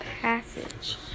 passage